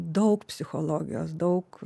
daug psichologijos daug